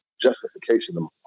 justification